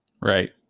Right